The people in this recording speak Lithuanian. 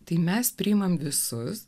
tai mes priimame visus